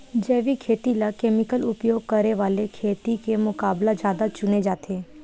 जैविक खेती ला केमिकल उपयोग करे वाले खेती के मुकाबला ज्यादा चुने जाते